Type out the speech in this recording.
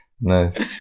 Nice